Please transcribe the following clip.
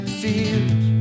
feels